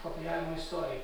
kopijavimo istorija